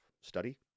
study